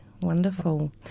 Wonderful